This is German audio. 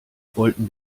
wollten